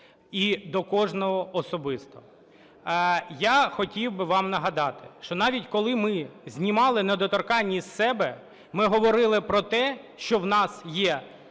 і до кожного особисто, я хотів би вам нагадати, що навіть коли ми знімали недоторканність з себе, ми говорили про те, що у нас є